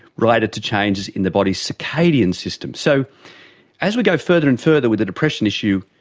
related to changes in the body's circadian system. so as we go further and further with the depression issue,